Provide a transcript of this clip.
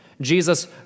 Jesus